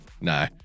No